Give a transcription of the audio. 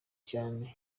cyane